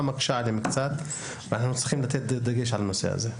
מקשה עליהם ואנחנו צריכים לתת דגש על הנושא הזה,